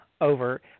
over